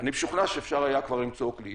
אני משוכנע שאפשר היה כבר למצוא כלי.